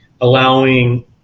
allowing